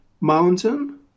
Mountain